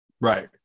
Right